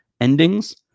endings